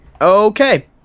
Okay